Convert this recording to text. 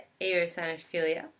eosinophilia